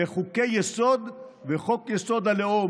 בחוקי-יסוד וחוק-יסוד: הלאום,